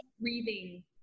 breathing